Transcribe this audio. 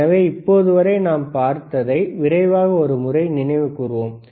எனவே இப்போது வரை நாம் பார்த்ததை விரைவாக ஒரு முறை நினைவு கூர்வோம்